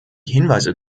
hinweise